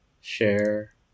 Share